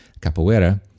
capoeira